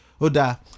Oda